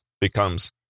becomes